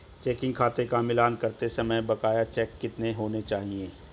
Checking खाते का मिलान करते समय बकाया चेक कितने होने चाहिए?